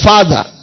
Father